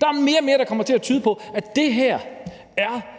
Der er mere og mere, der tyder på, at det her